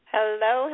Hello